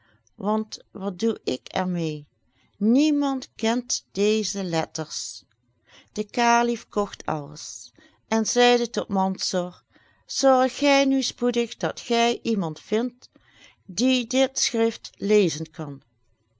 want wat doe ik er mee niemand kent deze letters de kalif kocht alles en zeide tot mansor zorg gij nu spoedig dat gij iemand vindt die dit schrift lezen kan